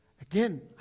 again